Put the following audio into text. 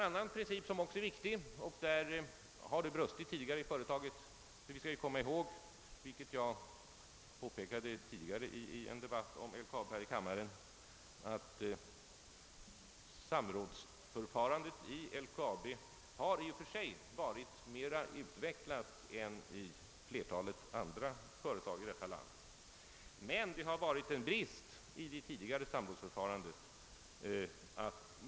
Det finns en annan viktig princip där det tidigare brustit inom företaget. Vi skall emellertid komma ihåg — vilket jag påpekade i en tidigare debatt här i kammaren — att samrådsförfarandet i LKAB i och för sig varit mera utvecklat än i de flesta andra företag i detta land, men det har funnits en brist i det tidigare samrådsförfarandet.